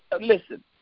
listen